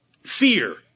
fear